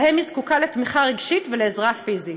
שבהם היא זקוקה לתמיכה רגשית ולעזרה פיזית.